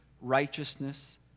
righteousness